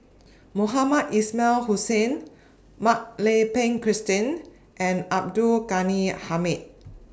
Mohamed Ismail Hussain Mak Lai Peng Christine and Abdul Ghani Hamid